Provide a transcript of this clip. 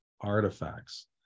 artifacts